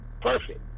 perfect